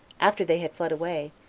after they had fled away,